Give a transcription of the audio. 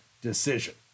decision